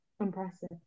Impressive